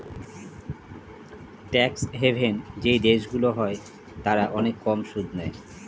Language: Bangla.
ট্যাক্স হেভেন যেই দেশগুলো হয় তারা অনেক কম সুদ নেয়